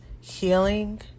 healing